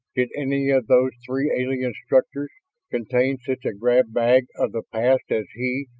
did any of those three alien structures contain such a grab bag of the past as he,